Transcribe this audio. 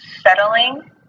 settling